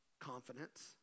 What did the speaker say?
confidence